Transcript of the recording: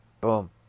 Boom